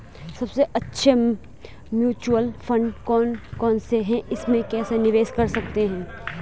सबसे अच्छे mutual fund कौन कौनसे हैं इसमें कैसे निवेश कर सकते हैं?